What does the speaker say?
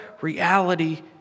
reality